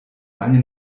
lange